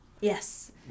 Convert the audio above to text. Yes